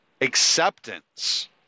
acceptance